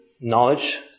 knowledge